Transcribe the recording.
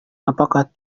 apakah